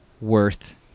worth